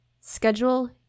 Schedule